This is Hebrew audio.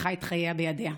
לקחה את חייה בידיה.